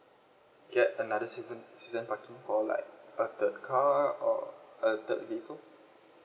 get another season season parking for like a third car or a third vehicle